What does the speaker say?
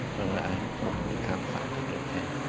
i probably can't find it. ok.